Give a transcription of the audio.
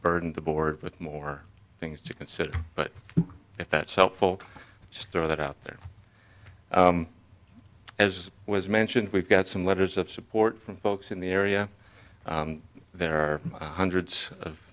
burden the board with more things to consider but if that's helpful just throw that out there as was mentioned we've got some letters of support from folks in the area there are hundreds of